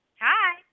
Hi